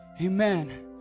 amen